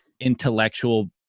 intellectual